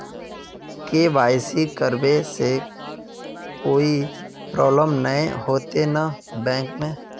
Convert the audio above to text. KYC करबे से कोई प्रॉब्लम नय होते न बैंक में?